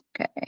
Okay